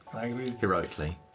Heroically